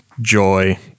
joy